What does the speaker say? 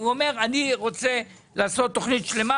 הוא אומר: אני רוצה לעשות תוכנית שלמה,